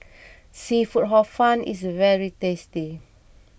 Seafood Hor Fun is very tasty